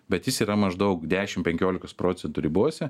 bet jis yra maždaug dešim penkiolikos procentų ribose